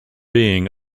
being